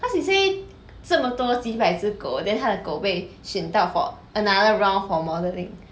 cause he say 这么多几百只狗 then 他的狗被选到 for another round for modeling